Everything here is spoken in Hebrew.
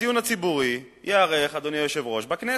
הדיון הציבורי ייערך, אדוני היושב-ראש, בכנסת.